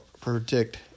predict